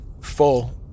full